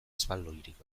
espaloirik